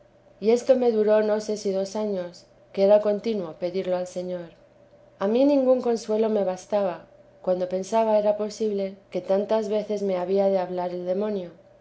y esto me duró no sé si dos años que era contino pedirlo al señor a mí ningún consuelo me bastaba cuando pensaba era posible que tantas veces me había de hablar el demonio